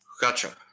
Gotcha